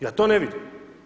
Ja to ne vidim.